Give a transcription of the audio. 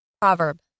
Proverb